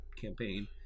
campaign